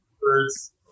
birds